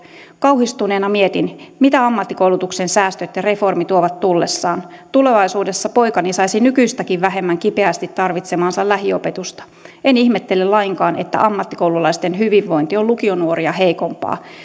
kauhistuneena mietin mitä ammattikoulutuksen säästöt ja reformi tuovat tullessaan tulevaisuudessa poikani saisi nykyistäkin vähemmän kipeästi tarvitsemaansa lähiopetusta en ihmettele lainkaan että ammattikoululaisten hyvinvointi on lukionuoria heikompaa